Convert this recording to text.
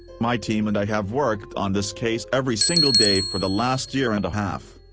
my team and i have worked on this case every single day for the last year-and-a-half.